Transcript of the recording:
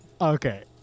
Okay